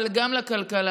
אבל גם לכלכלה.